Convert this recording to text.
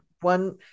one